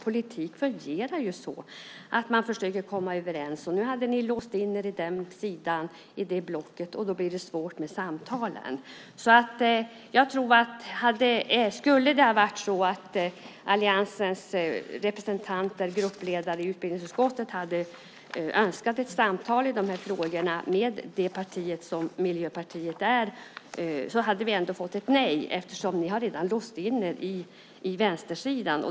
Politik fungerar så att man försöker komma överens. Nu hade ni låst in er i det blocket, och då blir det svårt med samtalen. Om alliansens gruppledare i utbildningsutskottet hade önskat ett samtal i frågorna med Miljöpartiet hade vi fått ett nej eftersom ni redan har låst in er med vänstersidan.